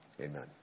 Amen